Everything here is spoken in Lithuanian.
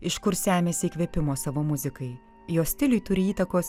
iš kur semiasi įkvėpimo savo muzikai jos stiliui turi įtakos